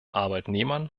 arbeitnehmern